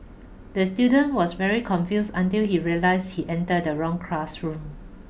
the student was very confused until he realized he enter the wrong classroom